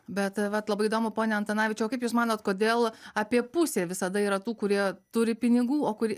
bet vat labai įdomu pone antanavičiau o kaip jūs manot kodėl apie pusė visada yra tų kurie turi pinigų o kur